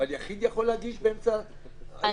אבל יחיד יכול להגיש באמצע התקופה.